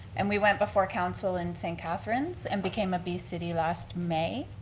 and we went before council in st. catharine's and became a bee city last may.